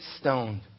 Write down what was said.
stoned